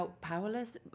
powerless